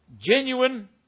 Genuine